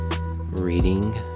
reading